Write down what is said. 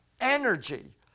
energy